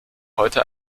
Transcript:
heute